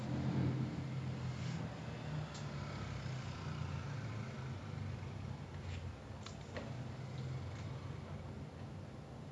ya like சின்ன சின்ன விஷயோ கூட:chinna chinna vishayo kooda you know like if they see someone in your family like maybe got a fine for like littering or something that [one] can impact your admission a lot